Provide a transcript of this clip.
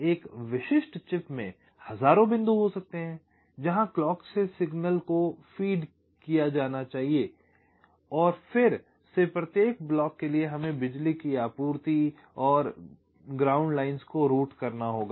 एक विशिष्ट चिप में हजारों बिंदु हो सकते हैं जहां क्लॉक के सिग्नल को फीड किया जाना चाहिए और फिर से प्रत्येक ब्लॉक के लिए हमें बिजली की आपूर्ति और जमीनी लाइनों को रूट करना होगा